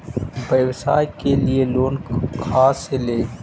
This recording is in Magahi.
व्यवसाय के लिये लोन खा से ले?